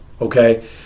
Okay